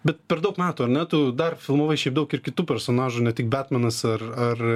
bet per daug metų ar ne tu dar filmavai šiaip daug ir kitų personažų ne tik betmanas ar ar